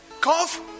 cough